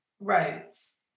roads